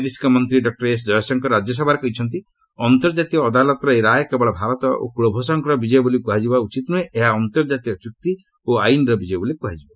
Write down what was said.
ବୈଦେଶିକ ମନ୍ତ୍ରୀ doctor S Jaishankar ରାଜ୍ୟସଭାରେ କହିଛନ୍ତି ଅନ୍ତର୍ଜାତୀୟ ଅଦାଲତଙ୍କର ଏହି ରାୟ କେବଳ ଭାରତ ଓ କୃଳଭ୍ ଷଣଙ୍କର ବିଜୟ ବୋଲି କୁହାଯିବା ଉଚିତ ନୁହେଁ ଏହା ଅନ୍ତର୍ଜାତୀୟ ଚୁକ୍ତି ଓ ଆଇନର ବିଜୟ ବୋଲି କୁହାଯିବ